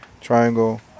triangle